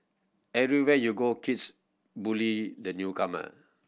everywhere you go kids bully the newcomer